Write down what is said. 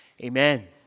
Amen